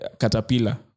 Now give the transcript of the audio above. Caterpillar